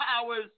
powers